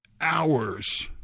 hours